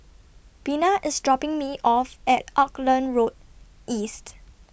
Bina IS dropping Me off At Auckland Road East